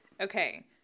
okay